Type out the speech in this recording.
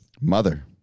Mother